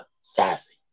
Sassy